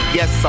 Yes